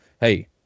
Hey